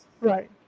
Right